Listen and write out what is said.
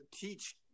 teach